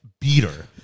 beater